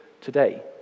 today